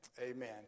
Amen